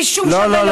רישום שווה להורות?